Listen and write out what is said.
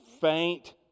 faint